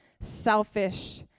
selfish